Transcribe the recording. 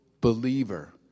believer